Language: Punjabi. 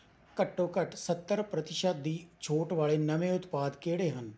ਘੱਟੋ ਘੱਟ ਸੱਤਰ ਪ੍ਰਤੀਸ਼ਤ ਦੀ ਛੋਟ ਵਾਲੇ ਨਵੇਂ ਉਤਪਾਦ ਕਿਹੜੇ ਹਨ